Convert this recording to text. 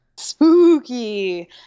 Spooky